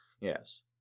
Yes